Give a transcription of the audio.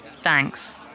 Thanks